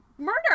murder